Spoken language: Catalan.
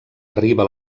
arriba